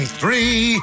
three